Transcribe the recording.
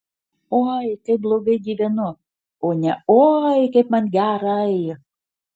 oi kaip blogai gyvenu o ne oi kaip man gerai